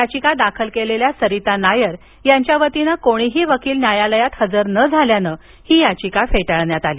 याचिका दाखल केलेल्या सरिता नायर यांच्या वतीनं कोणीही वकील न्यायालयात हजार न झाल्यानं ही याचिका फेटाळण्यात आली